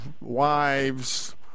wives